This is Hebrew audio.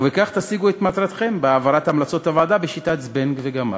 ובכך תשיגו את מטרתכם בהעברת המלצות הוועדה בשיטת "זבנג וגמרנו".